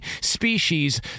species